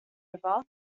river